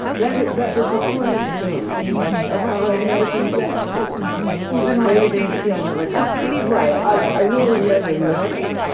that that was the cornerstone of how i imagined justice even when you didn't feel religious right, i really never left.